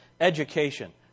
Education